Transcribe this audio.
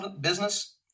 business